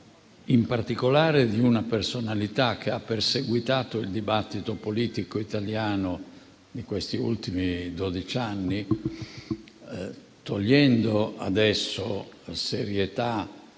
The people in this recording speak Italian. in particolare di una personalità che ha perseguitato il dibattito politico italiano degli ultimi dodici anni, togliendo ad esso serietà